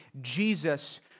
Jesus